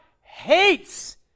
hates